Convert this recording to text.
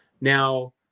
now